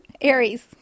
Aries